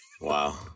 Wow